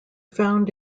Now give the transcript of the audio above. found